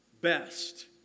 best